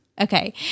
Okay